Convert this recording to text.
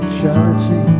charity